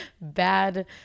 bad